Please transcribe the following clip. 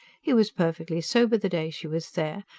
he was perfectly sober the day she was there,